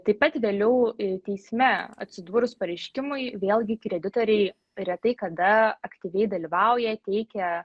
taip pat vėliau teisme atsidūrus pareiškimui vėlgi kreditoriai retai kada aktyviai dalyvauja teikia